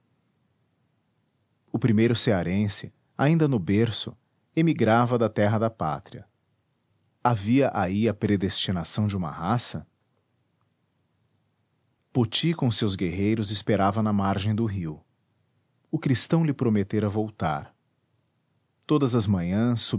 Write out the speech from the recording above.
o primeiro cearense ainda no berço emigrava da terra da pátria havia aí a predestinação de uma raça poti com seus guerreiros esperava na margem do rio o cristão lhe prometera voltar todas as manhãs